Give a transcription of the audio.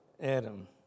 Adam